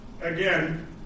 Again